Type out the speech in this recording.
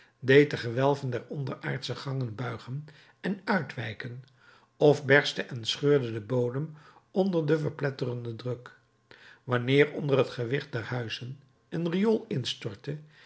deed de gewelven der onderaardsche gangen buigen en uitwijken of berstte en scheurde den bodem onder den verpletterenden druk wanneer onder het gewicht der huizen een riool instortte